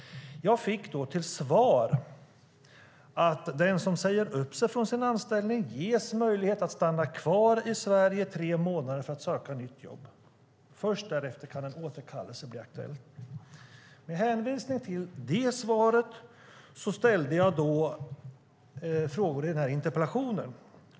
Jag fick till svar att den som säger upp sig från sin anställning ges möjlighet att stanna kvar i Sverige i tre månader för att söka nytt jobb. Först därefter kan en återkallelse bli aktuell. Med hänvisning till det svaret ställde jag frågor i interpellationen.